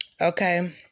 Okay